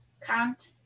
Count